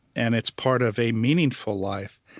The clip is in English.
and it's part of a meaningful life.